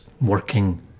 working